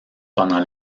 pendant